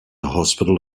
hospital